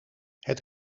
het